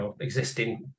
existing